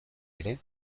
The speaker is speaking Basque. ere